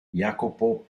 jacopo